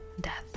Death